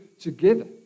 together